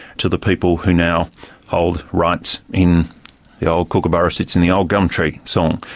to the people who now hold rights in the old kookaburra sits in the old gum tree song.